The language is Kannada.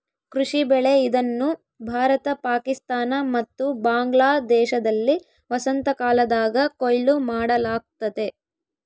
ಕೃಷಿ ಬೆಳೆ ಇದನ್ನು ಭಾರತ ಪಾಕಿಸ್ತಾನ ಮತ್ತು ಬಾಂಗ್ಲಾದೇಶದಲ್ಲಿ ವಸಂತಕಾಲದಾಗ ಕೊಯ್ಲು ಮಾಡಲಾಗ್ತತೆ